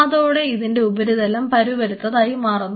അതോടെ ഇതിൻറെ ഉപരിതലം പരുപരുത്തതായി മാറുന്നു